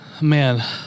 man